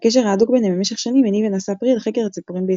והקשר ההדוק ביניהם במשך שנים הניב ונשא פרי לחקר הציפורים בישראל.